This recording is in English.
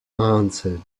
answered